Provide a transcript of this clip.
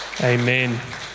Amen